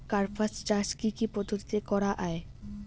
কার্পাস চাষ কী কী পদ্ধতিতে করা য়ায়?